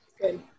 Good